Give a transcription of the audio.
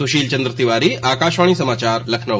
सुशील चंद्र तिवारी आकाशवाणी समाचार लखनऊ